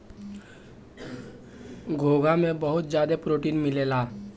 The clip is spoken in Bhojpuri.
घोंघा में बहुत ज्यादा प्रोटीन मिलेला